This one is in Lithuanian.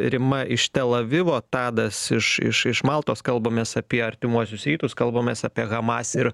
rima iš telavivo tadas iš iš iš maltos kalbamės apie artimuosius rytus kalbamės apie hamas ir